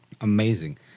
Amazing